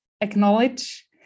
acknowledge